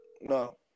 No